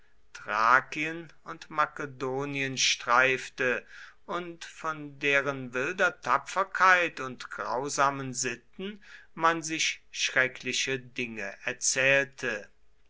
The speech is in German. thrakien und makedonien streifte und von deren wilder tapferkeit und grausamen sitten man sich schreckliche dinge erzählte